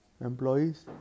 employees